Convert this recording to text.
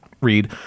read